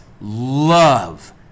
love